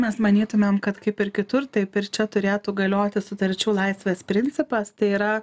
mes manytumėme kad kaip ir kitur taip ir čia turėtų galioti sutarčių laisvės principas tai yra